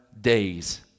days